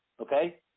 okay